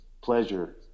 pleasure